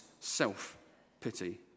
self-pity